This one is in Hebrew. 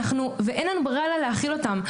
ואין לנו ברירה אלא להכיל אותם.